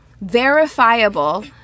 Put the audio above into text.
verifiable